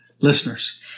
listeners